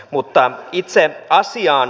mutta itse asiaan